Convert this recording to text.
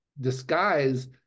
disguise